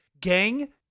gang